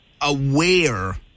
aware